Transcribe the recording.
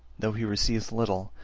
though he receives little,